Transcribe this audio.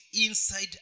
inside